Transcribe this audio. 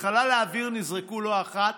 לחלל האוויר נזרקו לא אחת